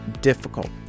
difficult